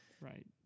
Right